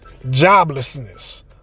joblessness